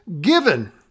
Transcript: given